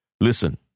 Listen